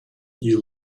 you